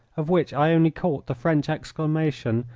of which i only caught the french exclamation,